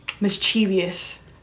mischievous